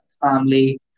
family